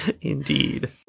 indeed